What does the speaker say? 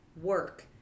work